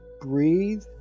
Breathe